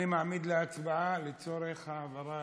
אני מעמיד להצבעה לצורך העברה